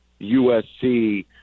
USC